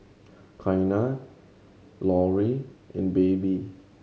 Qiana Laurie and Baby